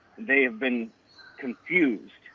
the have been confused.